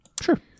Sure